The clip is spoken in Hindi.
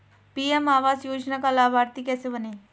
पी.एम आवास योजना का लाभर्ती कैसे बनें?